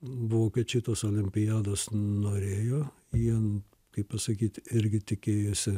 vokiečiai tos olimpiados norėjo jiem kaip pasakyt irgi tikėjosi